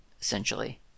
essentially